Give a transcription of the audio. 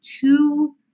two